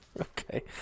Okay